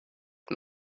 him